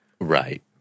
Right